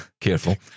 careful